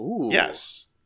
Yes